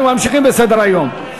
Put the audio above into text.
אנחנו ממשיכים בסדר-היום.